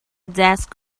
desk